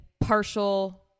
partial